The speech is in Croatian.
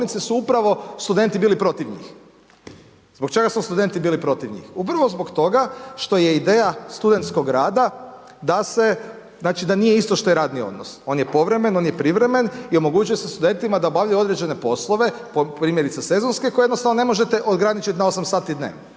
Upravo zbog toga što je ideja studentskog rada, da se, znači da nije isto što je radni odnos. On je povremen, on je privremen i omogućuje se studentima da obavljaju određene poslove, primjerice sezonske koje jednostavno ne možete ograničiti na 8 sati dnevno.